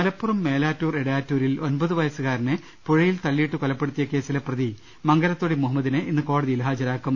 മലപ്പുറം മേലാറ്റൂർ എടയാറ്റൂരിൽ ഒമ്പതു വയസ്സുകാരനെ പുഴയിൽ തളളിയിട്ടു കൊലപ്പെടുത്തിയ കേസിലെ പ്രതി മംഗ ലത്തൊടി മുഹമ്മദിനെ ഇന്ന് കോടതിയിൽ ഹാജരാക്കും